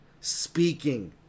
speaking